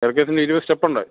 ഇരുപത് സ്റ്റെപ്പ് ഉണ്ട്